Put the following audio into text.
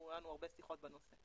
היו לנו הרבה שיחות בנושא.